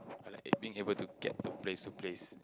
I like that being able to get to place to place